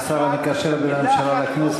השר המקשר בין הממשלה לכנסת.